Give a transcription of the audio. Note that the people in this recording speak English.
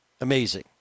Amazing